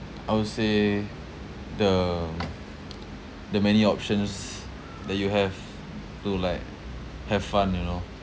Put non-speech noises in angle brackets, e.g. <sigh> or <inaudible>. I would say the <noise> the many options that you have to like have fun you know